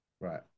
Right